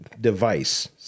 Device